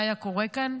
מה היה קורה כאן?